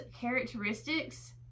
characteristics